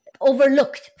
overlooked